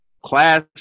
Class